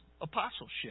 apostleship